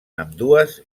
ambdues